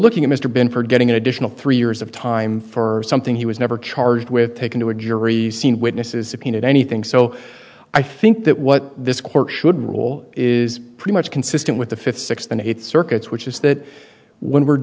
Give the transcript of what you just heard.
looking at mr bin for getting an additional three years of time for something he was never charged with taken to a jury scene witnesses subpoenaed anything so i think that what this court should rule is pretty much consistent with the fifth sixth and eighth circuits which is that when we're